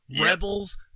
Rebels